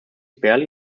barely